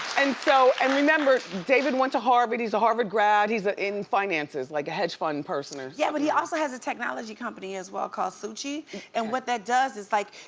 and so and remember, david went to harvard, he's a harvard grad, he's ah in finances. like, hedge fund person, or something. yeah but he also has a technology company as well, called sugi. and what that does is like,